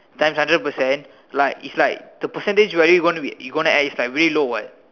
time hundred percent like it's like the percentage very you going to add it's like very low [what]